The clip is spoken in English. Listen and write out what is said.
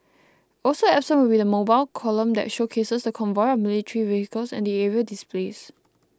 also absent will be the mobile column that showcases the convoy of military vehicles and the aerial displays